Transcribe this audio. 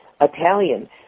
Italian